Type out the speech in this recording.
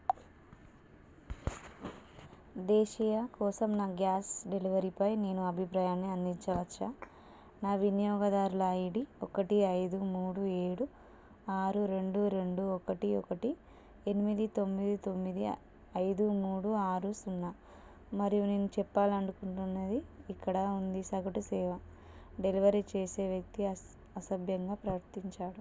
దేశీయ కోసం నా గ్యాస్ డెలివరీపై నేను అభిప్రాయాన్ని అందించవచ్చా నా వినియోగదారుల ఐడి ఒకటి ఐదు మూడు ఏడు ఆరు రెండు రెండు ఒకటి ఒకటి ఎనిమిది తొమ్మిది తొమ్మిది ఐదు మూడు ఆరు సున్నా మరియు నేను చెప్పాలని అనుకుంటున్నది ఇక్కడ ఉంది సగటు సేవ డెలివరీ చేసే వ్యక్తి అసభ్యంగా ప్రవర్తించాడు